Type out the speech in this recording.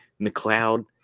McLeod